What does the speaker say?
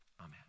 Amen